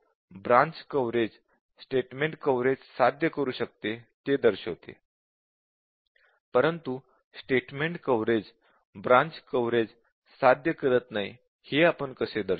हे branch coverage statement coverage साध्य करु शकते ते दर्शवते परंतु स्टेटमेंट कव्हरेज ब्रांच कव्हरेज साध्य करत नाही हे आपण कसे दर्शवू